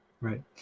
Right